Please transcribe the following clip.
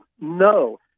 no